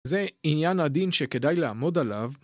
זה עניין עדין שכדאי לעמוד עליו.